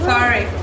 Sorry